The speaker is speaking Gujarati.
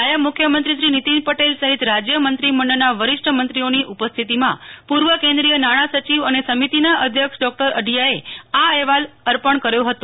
નાયબ મુખ્યમંત્રી શ્રી નીતિન પટેલ સહિત રાજ્ય મંત્રીમંડળના વરિષ્ઠ મંત્રીઓ ની ઉપસ્થિતીમાં પૂ ર્વ કેન્દ્રીય નાણાં સચિવ અને સમિતીના અધ્યક્ષ ડૉ અઢિયાએ આ અહેવાલ અર્પણ કર્યો હતો